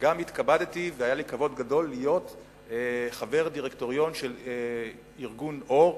גם התכבדתי והיה לי כבוד גדול להיות חבר דירקטוריון של ארגון "אור",